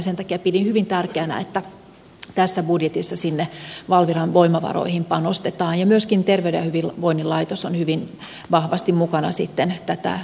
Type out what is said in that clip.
sen takia pidin hyvin tärkeänä että tässä budjetissa sinne valviran voimavaroihin panostetaan ja myöskin terveyden ja hyvinvoinnin laitos on hyvin vahvasti mukana tätä arviointityötä tekemässä